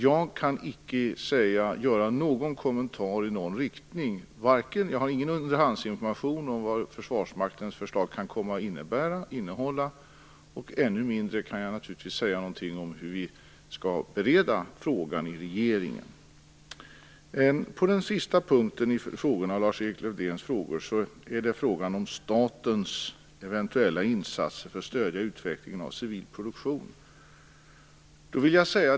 Jag kan icke göra någon kommentar i någon rikting. Jag har ingen underhandsinformation om vad Försvarsmaktens förslag kan komma att innbära eller innehålla. Ännu mindre kan jag naturligtvis säga någonting om hur vi skall bereda frågan i regeringen. Den sista punkten i Lars-Erik Lövdéns frågor gällde statens eventuella insatser för att stödja utvecklingen av civil produktion.